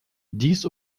dies